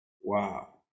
wow